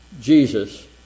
Jesus